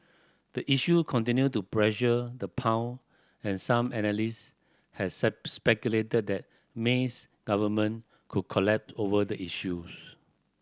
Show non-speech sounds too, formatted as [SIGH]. the issue continue to pressure the pound and some analyst has [UNINTELLIGIBLE] speculated that May's government could collapse over the issue